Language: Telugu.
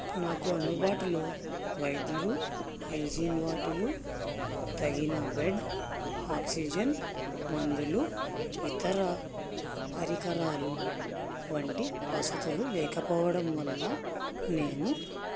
నాకు అందుబాటులో వైద్యులు హైజీన్ వార్డులు తగిన బెడ్ ఆక్సిజన్ మందులు ఇతర పరికరాలు వంటి వసతులు లేకపోవడం వల్ల నేను